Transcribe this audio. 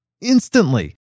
Instantly